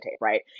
Right